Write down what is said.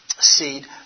seed